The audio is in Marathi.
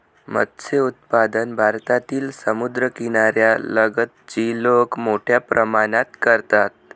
मत्स्य उत्पादन भारतातील समुद्रकिनाऱ्या लगतची लोक मोठ्या प्रमाणात करतात